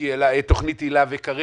מיקי העלה את תוכנית היל"ה וקרב